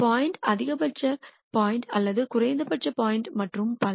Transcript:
point அதிகபட்ச point அல்லது குறைந்தபட்ச பாயிண்ட் மற்றும் பல